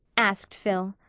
asked phil.